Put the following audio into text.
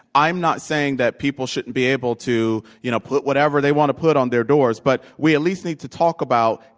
i'm not saying that people shouldn't be able to you know put whatever they want to put on their doors. but we at least need to talk about